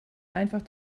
einfach